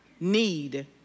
need